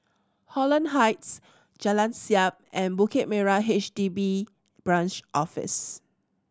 Holland Heights Jalan Siap and Bukit Merah H D B Branch Office